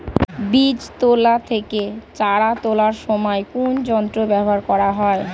বীজ তোলা থেকে চারা তোলার সময় কোন যন্ত্র ব্যবহার করা হয়?